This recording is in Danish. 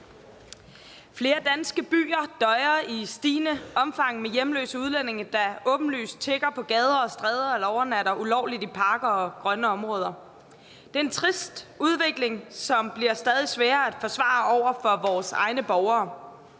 Flere danske byer døjer i stigende omfang med hjemløse udlændinge, der åbenlyst tigger på gader og stræder eller overnatter ulovligt i parker og grønne områder. Det er en trist udvikling, som bliver stadig sværere at forsvare over for vores egne borgere.